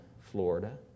Florida